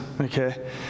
okay